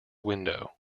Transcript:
window